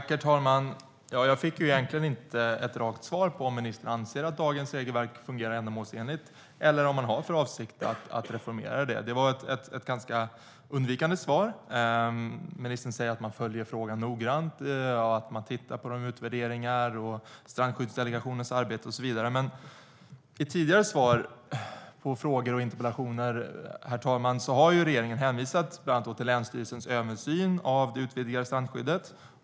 Herr talman! Jag fick inget rakt svar på om ministern anser att dagens regelverk fungerar ändamålsenligt eller om man har för avsikt att reformera det. Det var ett ganska undvikande svar. Ministern säger att man följer frågan noggrant och tittar på utvärderingar och Strandskyddsdelegationens arbete och så vidare. I tidigare svar på frågor och interpellationer, herr talman, har dock regeringen hänvisat till bland annat länsstyrelsens översyn av det utvidgade strandskyddet.